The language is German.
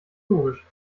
logisch